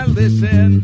listen